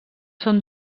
són